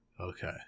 okay